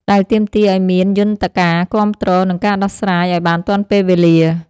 ដែលទាមទារឱ្យមានយន្តការគាំទ្រ និងការដោះស្រាយឱ្យបានទាន់ពេលវេលា។